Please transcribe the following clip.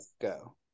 go